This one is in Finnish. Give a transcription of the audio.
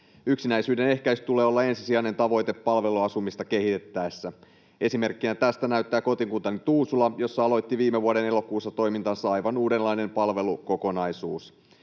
Yksinäisyyden ehkäisyn tulee olla ensisijainen tavoite palveluasumista kehitettäessä. Esimerkkiä tästä näyttää kotikuntani Tuusula, jossa aloitti viime vuoden elokuussa toimintansa aivan uudenlainen palvelukokonaisuus.